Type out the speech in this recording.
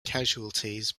casualties